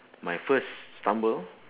my first stumble